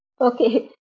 Okay